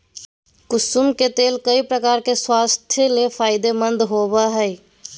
कुसुम के तेल कई प्रकार से स्वास्थ्य ले फायदेमंद होबो हइ